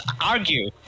argue